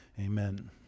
Amen